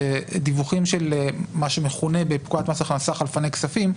אלה דיווחים של מה שמכונה בפקודת מס הכנסה חלפני כספים,